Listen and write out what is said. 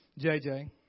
JJ